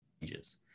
changes